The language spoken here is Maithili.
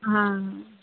हाँ